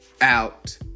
out